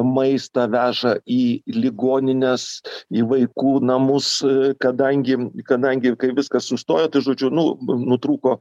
maistą veža į ligonines į vaikų namus kadangi kadangi kai viskas sustojo tai žodžiu nu nutrūko